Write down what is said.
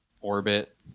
Orbit